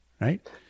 right